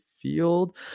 field